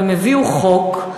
הם הביאו חוק,